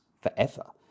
forever